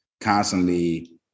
constantly